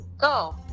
Go